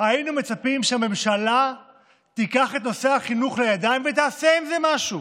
היינו מצפים שהממשלה תיקח את נושא החינוך לידיים ותעשה עם זה משהו.